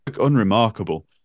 unremarkable